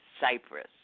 Cyprus